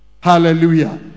Hallelujah